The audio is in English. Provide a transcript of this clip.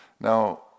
Now